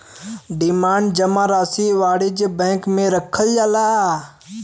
demand जमा राशी वाणिज्य बैंक मे रखल जाला